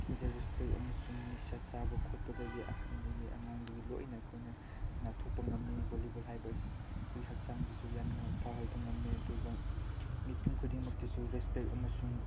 ꯑꯩꯈꯣꯏꯗ ꯔꯦꯁꯄꯦꯛ ꯑꯃꯁꯨꯡ ꯅꯤꯁꯥ ꯆꯥꯕ ꯈꯣꯠꯄꯗꯒꯤ ꯑꯍꯟꯗꯒꯤ ꯑꯉꯥꯡꯗꯒꯤ ꯂꯣꯏꯅ ꯑꯩꯈꯣꯏꯅ ꯉꯥꯛꯊꯣꯛꯄ ꯉꯝꯃꯤ ꯚꯣꯂꯣꯕꯣꯜ ꯍꯥꯏꯕ ꯑꯁꯤ ꯑꯩꯈꯣꯏꯒꯤ ꯍꯛꯆꯥꯡꯗꯁꯨ ꯌꯥꯝꯅ ꯐꯍꯟꯕ ꯉꯝꯃꯦ ꯑꯗꯨꯒ ꯃꯤꯄꯨꯝ ꯈꯨꯗꯤꯡꯃꯛꯇꯁꯨ ꯔꯦꯁꯄꯦꯛ ꯑꯃꯁꯨꯡ